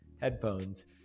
headphones